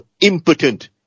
impotent